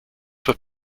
for